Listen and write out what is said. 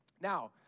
Now